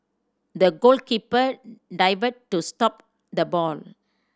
the goalkeeper dived to stop the ball